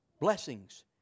blessings